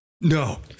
No